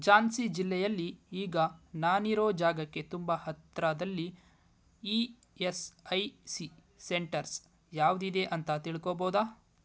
ಝಾನ್ಸಿ ಜಿಲ್ಲೆಯಲ್ಲಿ ಈಗ ನಾನಿರೋ ಜಾಗಕ್ಕೆ ತುಂಬ ಹತ್ರದಲ್ಲಿ E S I C centres ಯಾವುದಿದೆ ಅಂತ ತಿಳ್ಕೊಬೋದಾ